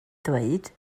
dweud